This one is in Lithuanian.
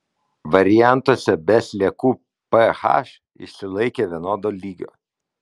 variantuose be sliekų ph išsilaikė vienodo lygio